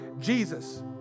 Jesus